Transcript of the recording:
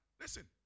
Listen